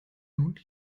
hund